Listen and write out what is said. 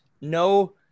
no